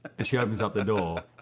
and she opens up the door.